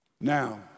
Now